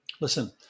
Listen